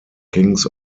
kings